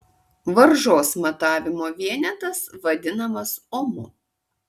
varžos matavimo vienetas vadinamas omu